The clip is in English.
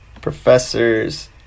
professors